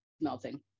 melting